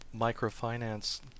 Microfinance